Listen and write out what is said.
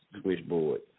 switchboard